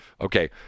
okay